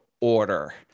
order